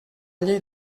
llei